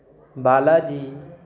Balaji